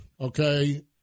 okay